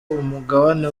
umugabane